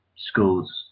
schools